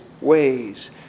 ways